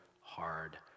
hard